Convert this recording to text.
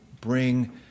bring